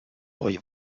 poi